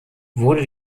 wurde